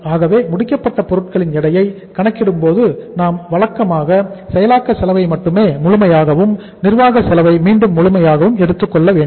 ஆகவே முடிக்கப்பட்ட பொருட்களின் எடையை கணக்கிடும்போது நாம் வழக்கமாக செயலாக்க செலவை மட்டுமே முழுமையாகவும் நிர்வாக செலவை மீண்டும் முழுமையாகவும் எடுத்துக்கொள்ள வேண்டும்